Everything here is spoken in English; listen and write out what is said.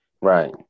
right